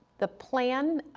the plan,